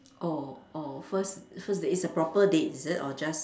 oh oh first first date is a proper date is it or just